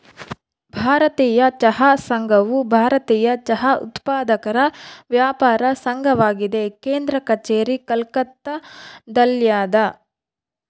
ಭಾರತೀಯ ಚಹಾ ಸಂಘವು ಭಾರತೀಯ ಚಹಾ ಉತ್ಪಾದಕರ ವ್ಯಾಪಾರ ಸಂಘವಾಗಿದೆ ಕೇಂದ್ರ ಕಛೇರಿ ಕೋಲ್ಕತ್ತಾದಲ್ಯಾದ